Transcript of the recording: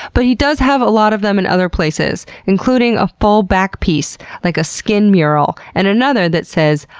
but he does have a lot of them in other places, including a full back piece like a skin mural, and another that says,